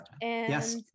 Yes